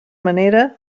manera